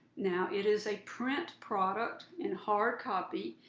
now it is a print product in hard copy,